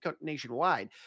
nationwide